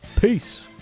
Peace